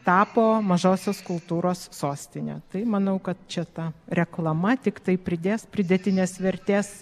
tapo mažosios kultūros sostine tai manau kad čia ta reklama tiktai pridės pridėtinės vertės